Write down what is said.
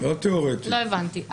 לא הבנתי.